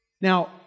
Now